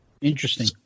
interesting